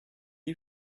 you